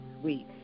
sweet